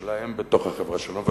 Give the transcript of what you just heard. שלהם בתוך החברה שלנו.